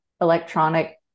electronic